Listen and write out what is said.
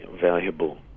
valuable